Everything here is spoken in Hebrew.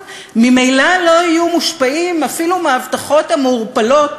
ממילא לא יהיו מושפעים אפילו מההבטחות המעורפלות